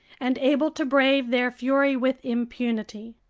and able to brave their fury with impunity.